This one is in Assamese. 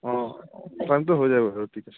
অঁ টাইমটো হৈ যাব বাৰু ঠিক আছে অঁ